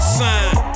sign